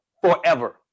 forever